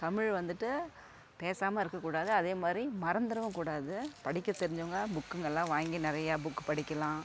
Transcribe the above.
தமிழ் வந்துட்டு பேசாமல் இருக்க கூடாது அதேமாதிரி மறந்துறவும் கூடாது படிக்க தெரிஞ்சவங்க புக்குங்களாம் வாங்கி நிறையா புக் படிக்கலாம்